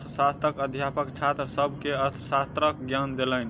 अर्थशास्त्रक अध्यापक छात्र सभ के अर्थशास्त्रक ज्ञान देलैन